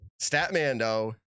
Statmando